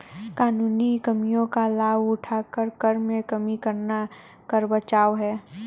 कानूनी कमियों का लाभ उठाकर कर में कमी करना कर बचाव है